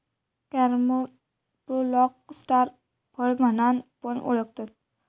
कॅरम्बोलाक स्टार फळ म्हणान पण ओळखतत